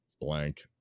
blank